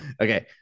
Okay